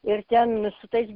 ir ten su tais